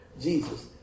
Jesus